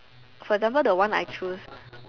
for example the one I choose